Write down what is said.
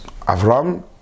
Avram